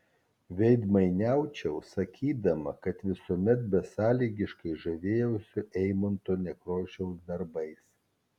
veidmainiaučiau sakydama kad visuomet besąlygiškai žavėjausi eimunto nekrošiaus darbais